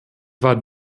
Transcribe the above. war